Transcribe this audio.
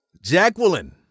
Jacqueline